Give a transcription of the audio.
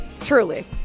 Truly